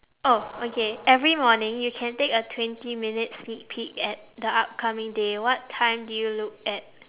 oh okay every morning you can take a twenty minutes sneak peek at the upcoming day what time do you look at